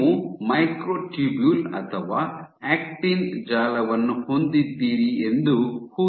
ನೀವು ಮೈಕ್ರೊಟ್ಯೂಬ್ಯೂಲ್ ಅಥವಾ ಆಕ್ಟಿನ್ ಜಾಲವನ್ನು ಹೊಂದಿದ್ದೀರಿ ಎಂದು ಊಹಿಸಿ